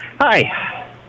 Hi